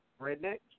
Redneck